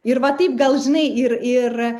ir va taip gal žinai ir ir